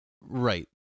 Right